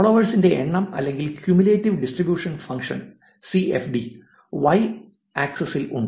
ഫോളോവേഴ്സിന്റെ എണ്ണം അല്ലെങ്കിൽ cumulative distribution ഫങ്ക്ഷന് സി ഫ് ഡി Y ആക്സിസിൽ ഉണ്ട്